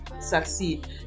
succeed